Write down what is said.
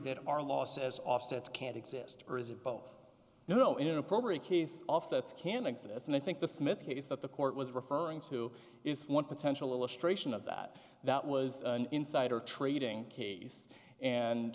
that our loss as offsets can't exist or is it both you know inappropriate case offsets can exist and i think the smith case that the court was referring to is one potential illustration of that that was an insider trading case